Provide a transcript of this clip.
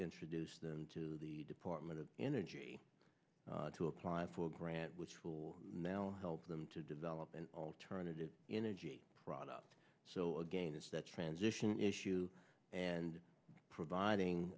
introduced them to the department of energy to apply for a grant which will now help them to develop an alternative energy product so again it's that transition issue and providing